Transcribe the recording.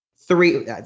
three